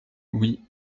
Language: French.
oui